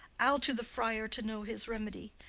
i'll to the friar to know his remedy.